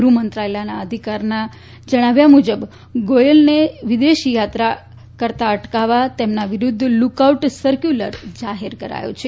ગૃફમંત્રાલયના અધિકારીના જણાવ્યા મુજબ ગોયલને વિદેશ યાત્રા જતા અટકાવવા તેના વિરૂદ્ધ લુક આઉટ સરક્યુલર જાફેર કરાયો છે